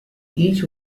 each